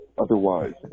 otherwise